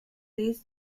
leads